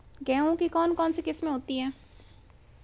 गेहूँ की कौन कौनसी किस्में होती है?